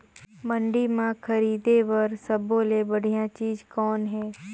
मंडी म खरीदे बर सब्बो ले बढ़िया चीज़ कौन हे?